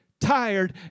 tired